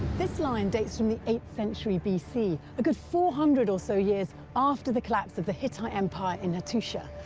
this lion dates from the eighth century b c. a good four hundred or so years after the collapse of the hittite empire in hattusha.